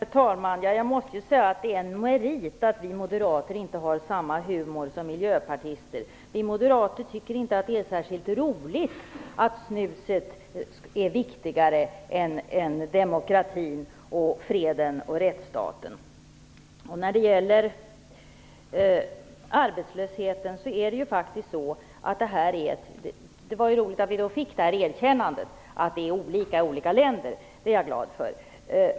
Herr talman! Jag måste säga att det är en merit att vi moderater inte har samma humor som miljöpartister. Vi moderater tycker inte att det är särskilt roligt att snuset är viktigare än demokratin, freden och rättsstaten. Det var ju roligt att vi fick erkännandet att arbetslösheten är olika i olika länder. Det är jag glad för.